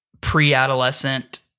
pre-adolescent